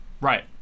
Right